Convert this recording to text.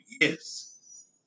yes